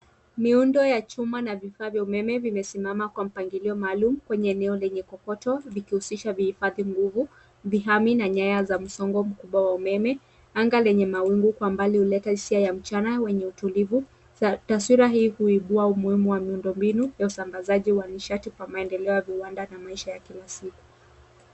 Miundo ya chuma na vifaa vya umeme vimesimama kwa mpangilio maalum kwenye eneo lenye kokoto likuhusisha vihifadhi nguvu, viami na nyaya za msongo mkubwa la umeme. Anga lenye mawingu kwa mbali huleta hisia ya mchana wenye utulivu. Taswira hii huibua umuhimu wa miundombinu ya usambazaji wa nishati kwa maendeleo ya viwanda na maisha ya kila siku.